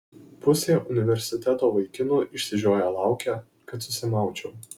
pusė universiteto vaikinų išsižioję laukia kad susimaučiau